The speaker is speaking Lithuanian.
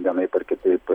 vienaip ar kitaip